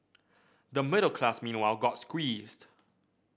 the middle class meanwhile got squeezed